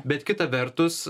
bet kita vertus